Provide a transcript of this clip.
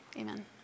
Amen